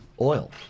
oil